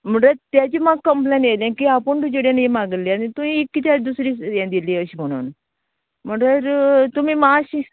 म्हुणटकच तेजें म्हाका कम्प्लेन येलें की आपूण तुजे कडेन ही मागली आनी तुयेन ही कित्याक दुसरी ये दिली अशें म्हुणून म्हटकर तुमी मात्शीं